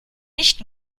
nicht